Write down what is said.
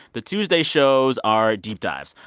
the tuesday shows are deep dives.